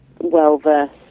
well-versed